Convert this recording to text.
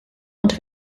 und